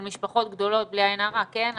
משפחות גדולות, בלי עין הרע, כן?